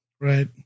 Right